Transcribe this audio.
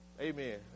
Amen